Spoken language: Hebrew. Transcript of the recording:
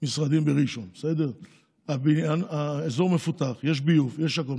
משרדים בראשון: האזור מפותח, יש ביוב, יש הכול.